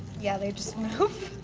yeah, they just move.